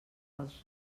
dels